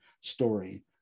story